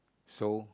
soul